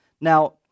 Now